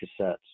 cassettes